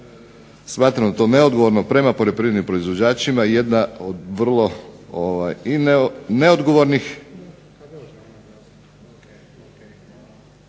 Smatramo to neodgovorno prema poljoprivrednim proizvođačima i jedna od vrlo neodgovornih